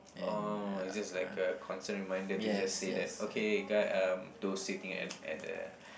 oh is just like a constant reminder to just say that okay guy um to sitting at at the